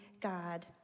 God